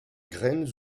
graines